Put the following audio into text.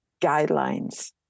guidelines